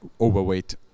overweight